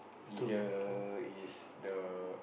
either is the